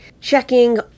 checking